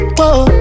Whoa